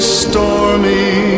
stormy